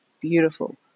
Beautiful